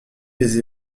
les